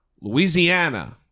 Louisiana